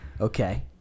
Okay